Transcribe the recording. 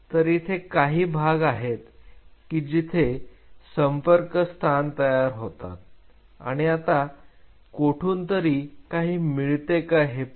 तर इथे काही भाग आहेत की जेथे संपर्क स्थान तयार होतात आणि आता कोठूनतरी काही मिळते का हे पाहू